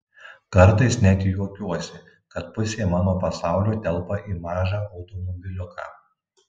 kartais net juokiuosi kad pusė mano pasaulio telpa į mažą automobiliuką